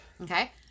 Okay